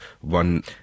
one